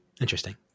interesting